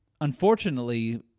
unfortunately